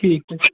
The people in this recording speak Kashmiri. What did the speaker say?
ٹھیٖک